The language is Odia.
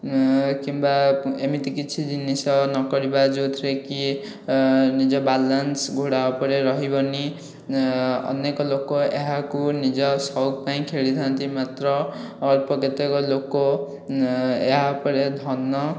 କିମ୍ବା ଏମିତି କିଛି ଜିନିଷ ନକରିବା ଯେଉଁଥିରେ କି ନିଜ ବାଲାନ୍ସ ଘୋଡ଼ା ଉପରେ ରହିବନି ଅନେକ ଲୋକ ଏହାକୁ ନିଜ ସଉକ ପାଇଁ ଖେଳିଥାନ୍ତି ମାତ୍ର ଅଳ୍ପ କେତେକ ଲୋକ ଏହା ଉପରେ ଧନ